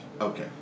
Okay